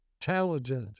talented